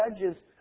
judges